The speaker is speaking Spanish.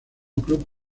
club